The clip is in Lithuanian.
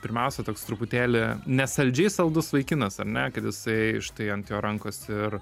pirmiausia toks truputėlį ne saldžiai saldus vaikinas ar ne kad jisai štai ant jo rankos ir